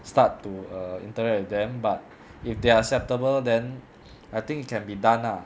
start to interact err with them but if they are acceptable then I think it can be done lah